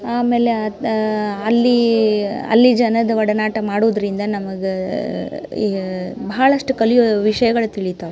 ಆಮೇಲೆ ಅಲ್ಲಿ ಅಲ್ಲಿ ಜನರ್ ಒಡನಾಟ ಮಾಡುದರಿಂದ ನಮ್ಗೆ ಈಗ ಭಾಳಷ್ಟು ಕಲಿಯೋ ವಿಷಯಗಳು ತಿಳಿತಾವೆ